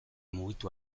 mugitu